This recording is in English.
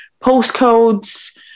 postcodes